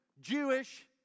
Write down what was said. Jewish